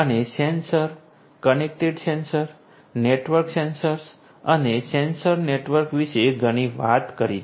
અમે sensor connected sensor network sensors અને sensor network વિશે ઘણી વાત કરી છે